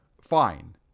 Fine